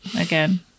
Again